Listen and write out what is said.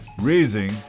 raising